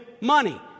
money